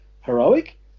heroic